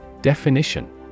Definition